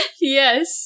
Yes